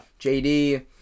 JD